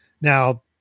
Now